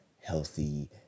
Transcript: healthy